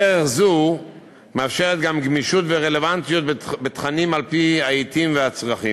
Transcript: דרך זו מאפשרת גם גמישות ורלוונטיות בתכנים על-פי העתים והצרכים.